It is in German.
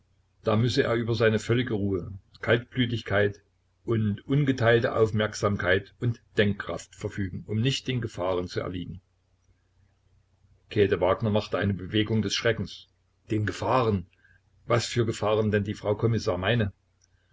da müsse er über seine völlige ruhe kaltblütigkeit und ungeteilte aufmerksamkeit und denkkraft verfügen um nicht den gefahren zu erliegen käthe wagner machte eine bewegung des schreckens den gefahren was für gefahren denn die frau kommissar meine